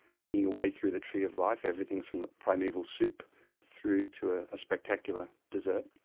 eating you way through the tree of life, everything from the primeval soup through to ah a spectacular dessert,